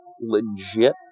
legit